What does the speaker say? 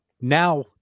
Now